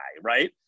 right